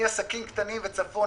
מעסקים קטנים וצפונה,